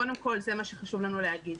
קודם כל זה מה שחשוב לנו להגיד.